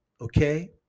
okay